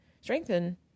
strengthen